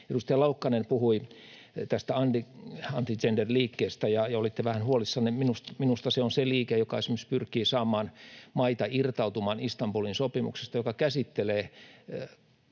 Edustaja Laukkanen puhui tästä anti-gender-liikkeestä, ja olitte vähän huolissanne. Minusta se on se liike, joka esimerkiksi pyrkii saamaan maita irtautumaan Istanbulin sopimuksesta, joka käsittelee